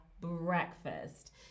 breakfast